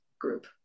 group